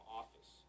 office